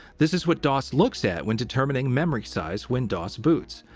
this is what dos looks at when determining memory size when dos boots.